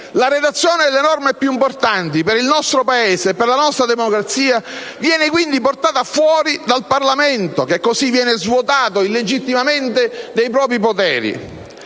La redazione delle norme più importanti per il nostro Paese e la nostra democrazia viene, quindi, portata fuori dal Parlamento, che così viene svuotato illegittimamente dei propri poteri.